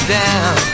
down